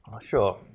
Sure